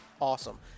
awesome